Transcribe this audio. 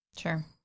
Sure